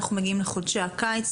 אנחנו מגיעים לחודשי הקיץ,